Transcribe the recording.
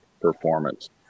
performance